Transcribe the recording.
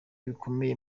bikomeye